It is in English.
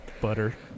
butter